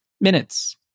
minutes